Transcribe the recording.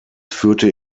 führte